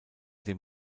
dem